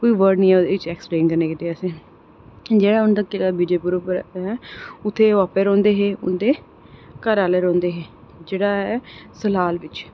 कोई वर्ड निं ऐ ओह्दे च एक्सप्लेन करने आस्तै असें ई जेह्ड़ा ओह् विजयपुर ऐ उत्थै ओह् आपें रौंह्दे हे उं'दे घराआह्ले रौंह्दे हे जेह्ड़ा ऐ सलाल बिच